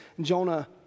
Jonah